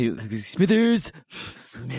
Smithers